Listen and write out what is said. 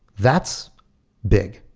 that's big.